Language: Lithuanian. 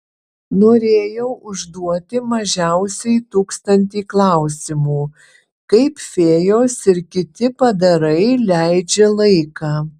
norėjau užduoti mažiausiai tūkstantį klausimų kaip fėjos ir kiti padarai leidžia laiką